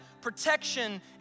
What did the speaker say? protection